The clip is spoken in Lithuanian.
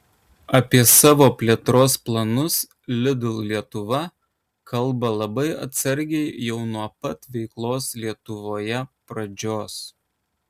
apie savo plėtros planus lidl lietuva kalba labai atsargiai jau nuo pat veiklos lietuvoje pradžios